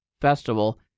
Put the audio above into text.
festival